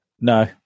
no